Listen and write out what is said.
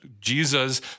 Jesus